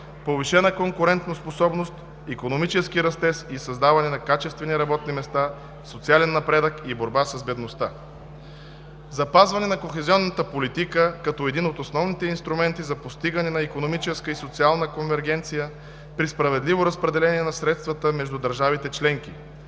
повишена конкурентоспособност, икономически растеж и създаване на качествени работни места, социален напредък и борба с бедността; - запазване на кохезионната политика като един от основните инструменти за постигане на икономическа и социална конвергенция при справедливо разпределение на средствата между държавите членки;